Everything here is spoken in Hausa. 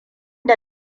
da